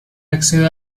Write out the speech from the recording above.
accede